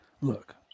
look